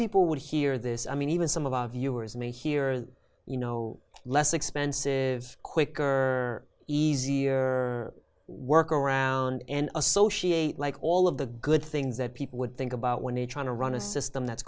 people would hear this i mean even some of our viewers may hear that you know less expenses quicker easier work around and associate like all of the good things that people would think about when you're trying to run a system that's